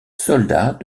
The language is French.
soldat